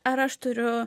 ar aš turiu